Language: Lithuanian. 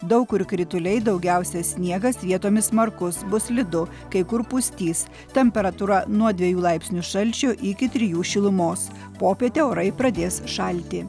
daug kur krituliai daugiausia sniegas vietomis smarkus bus slidu kai kur pustys temperatūra nuo dviejų laipsnių šalčio iki trijų šilumos popietę orai pradės šalti